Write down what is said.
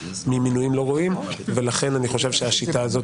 ממינויים לא ראויים ולכן אני חושב שבשיטה הזאת